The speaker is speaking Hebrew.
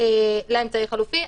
לאמצעי החלופי.